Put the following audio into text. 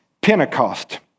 Pentecost